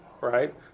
right